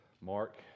Mark